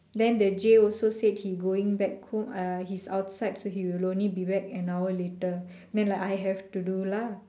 then the J also said he going back home uh he's outside so he will only be back an hour later then I have to do lah